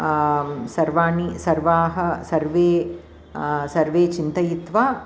सर्वाणि सर्वाः सर्वे सर्वे चिन्तयित्वा